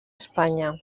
espanya